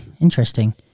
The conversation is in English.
Interesting